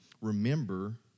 remember